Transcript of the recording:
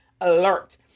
alert